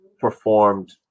performed